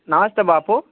నమస్తే బాపు